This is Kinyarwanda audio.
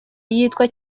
yitwa